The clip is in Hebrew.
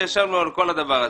ישבנו על כל הדבר הזה.